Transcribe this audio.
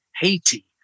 Haiti